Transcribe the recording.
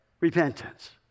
repentance